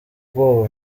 bwoba